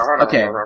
Okay